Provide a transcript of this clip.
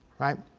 right.